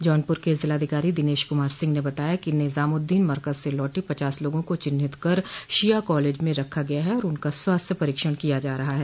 जौनपुर के जिलाधिकारी दिनेश कुमार सिंह ने बताया है कि निजामुद्दीन मरकज से लौटे पचास लोगों को चिन्हित कर शिया कालेज में रखा गया है और उनका स्वास्थ्य परीक्षण किया जा रहा है